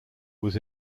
was